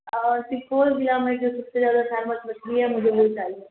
سپول ضلع میں جو سب سے زیادہ فیمس مچھلی ہے مجھے وہ چاہیے